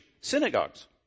synagogues